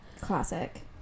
Classic